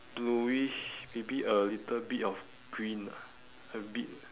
bluish maybe a little bit of green ah a bit